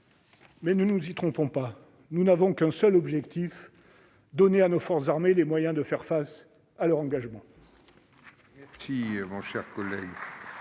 Ne nous y trompons pas, nous n'avons qu'un seul objectif : donner à nos forces armées les moyens de faire face à leurs engagements.